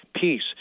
peace